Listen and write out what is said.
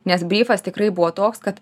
nes bryfas tikrai buvo toks kad